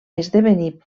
esdevenir